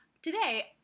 Today